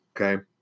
okay